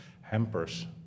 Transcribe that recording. hampers